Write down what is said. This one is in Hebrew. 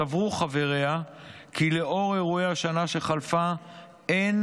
סברו חבריה כי לאור אירועי השנה שחלפה אין